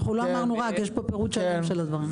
לא אמרנו רק, יש פה פירוט שלם של הדברים.